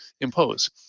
impose